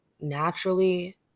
naturally